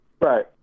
Right